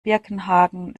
birkenhagen